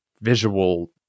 visual